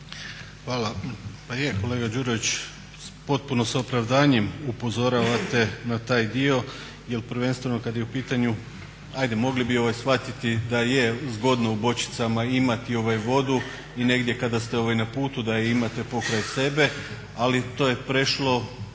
Hvala. Pa je kolega Đurović, potpuno sa opravdanjem upozoravate na taj dio jer prvenstveno kad je u pitanju, hajde mogli bi shvatiti da je zgodno u bočicama imati vodu i negdje kada ste na putu da je imate pokraj sebe, ali to je prešlo